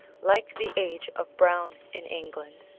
like the age of browne in england,